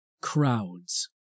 Crowds